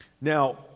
Now